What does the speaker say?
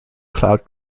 cloud